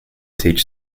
teach